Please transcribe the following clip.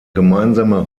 gemeinsame